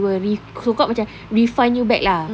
we will ref~ so called macam refund you back lah